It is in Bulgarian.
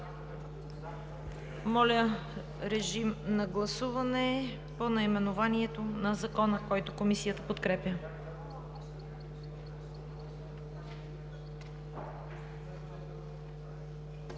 Моля, режим на гласуване по наименованието на Закона, който Комисията подкрепя.